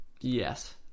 Yes